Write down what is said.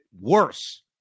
worse